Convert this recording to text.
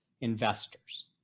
investors